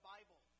Bible